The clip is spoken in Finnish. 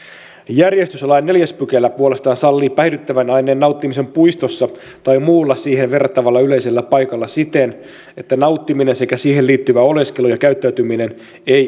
järjestyslain neljäs pykälä puolestaan sallii päihdyttävän aineen nauttimisen puistossa tai muulla siihen verrattavalla yleisellä paikalla siten että nauttiminen sekä siihen liittyvä oleskelu ja käyttäytyminen eivät